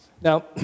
Now